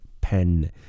pen